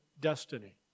destiny